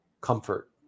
comfort